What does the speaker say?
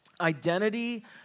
identity